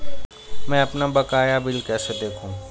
मैं अपना बकाया बिल कैसे देखूं?